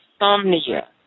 Insomnia